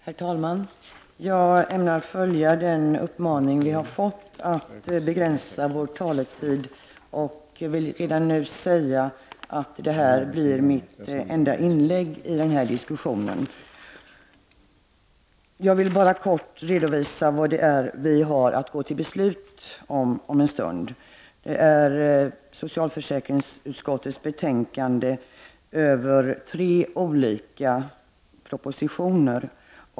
Herr talman! Jag ämnar följa den uppmaning som vi har fått att begränsa vår taletid och vill redan nu säga att det här blir mitt enda inlägg i denna diskussion. Jag vill bara kort redovisa vad vi om en stund har att gå till beslut om. I socialförsäkringsutskottets betänkande behandlas tre propositioner.